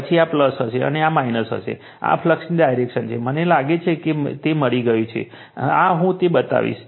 પછી આ હશે અને આ હશે આ ફ્લક્સની ડાયરેક્શન છે મને લાગે છે કે તે મળી ગયું છે આ હું તે બનાવીશ